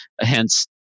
hence